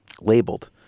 labeled